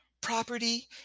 Property